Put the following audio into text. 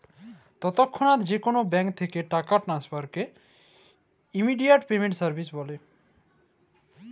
তৎক্ষনাৎ যে কোলো ব্যাংক থ্যাকে টাকা টেনেসফারকে ইমেডিয়াতে পেমেন্ট সার্ভিস ব্যলে